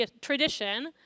tradition